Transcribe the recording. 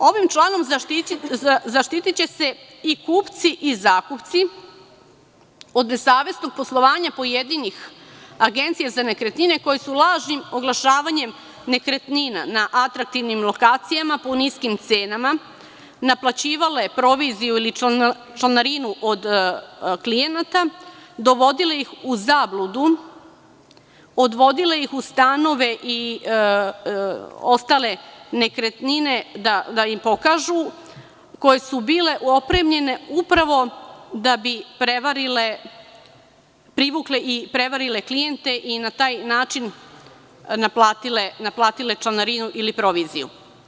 Ovim članom zaštitiće se i kupci i zakupci od nesavesnog poslovanja pojedinih agencija za nekretnine koje su lažnim oglašavanjem nekretnina na atraktivnim lokacijama po niskim cenama naplaćivale proviziju ili članarinu od klijenata, dovodile ih u zabludu, odvodile ih u stanove i ostale nekretnine da im pokažu koje su bile opremljene upravo da bi privukle i prevarile klijente i na taj način naplatile članarinu ili proviziju.